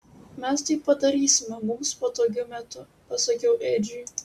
mes tai padarysime mums patogiu metu pasakiau edžiui